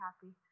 happy